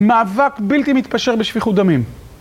מאבק בלתי מתפשר בשפיכות דמים.